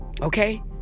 okay